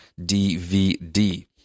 DVD